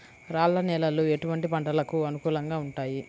రాళ్ల నేలలు ఎటువంటి పంటలకు అనుకూలంగా ఉంటాయి?